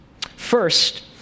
First